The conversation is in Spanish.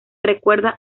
recuerda